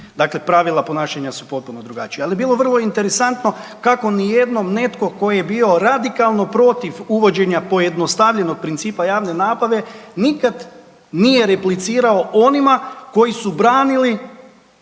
Dakle, pravila ponašanja su potpuno drugačija, ali je bilo vrlo interesantno kako ni jednom netko tko je bio radikalno protiv uvođenja pojednostavljenog principa javne nabave nikad nije replicirao onima koji su branili